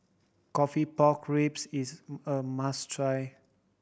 coffee pork ribs is a must try